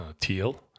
teal